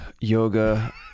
yoga